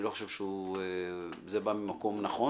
אני חושב שזה בא ממקום נכון.